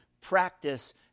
practice